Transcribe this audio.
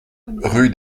rue